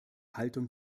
haltung